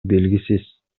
белгисиз